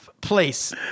place